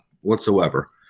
whatsoever